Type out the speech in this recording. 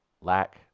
lack